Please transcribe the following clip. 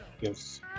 Yes